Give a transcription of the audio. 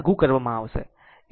લાગુ કરવામાં આવશે